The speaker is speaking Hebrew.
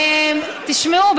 תשמעו,